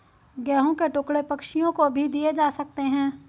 गेहूं के टुकड़े पक्षियों को भी दिए जा सकते हैं